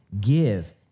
Give